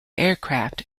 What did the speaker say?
aircraft